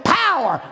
power